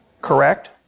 correct